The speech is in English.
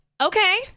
Okay